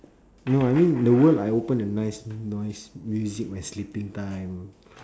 no I mean the world I open a nice noise music when sleeping time